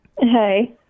Hey